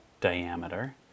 diameter